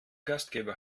gastgeber